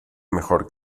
mejor